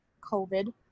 COVID